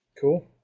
Cool